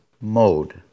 mode